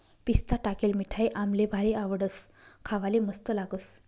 पिस्ता टाकेल मिठाई आम्हले भारी आवडस, खावाले मस्त लागस